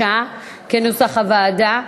כנוסח הוועדה.